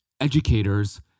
educators